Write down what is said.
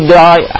die